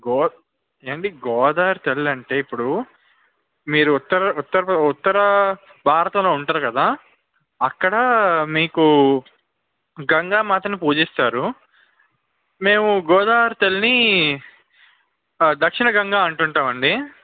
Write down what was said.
go ఏమండి గోదావరి తలి అంటే ఇప్పుడు మీరు ఉత్తర ఉత్తర ఉత్తర భారతంలో ఉంటారు కదా అక్కడ మీకు గంగా మాతను పూజిస్తారు మేము గోదావరి తల్లిని దక్షిణ గంగ అంటూ ఉంటాము అండి